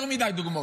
יותר מדי דוגמאות.